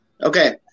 Okay